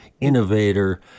innovator